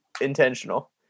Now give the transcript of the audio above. intentional